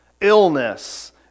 illness